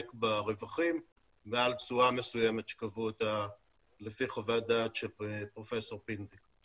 ברווחים מעל תשואה מסוימת שקבעו אותה לפי חוות דעת של פרופ' פינדיק.